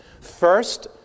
First